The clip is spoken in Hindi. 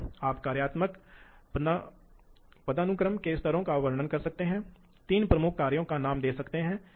एक भाग कार्यक्रम ब्लॉक की तीन विशेषताओं को नाम दें इसलिए विभिन्न विशेषताएं